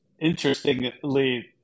Interestingly